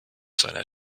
seiner